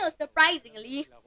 surprisingly